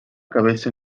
cabeza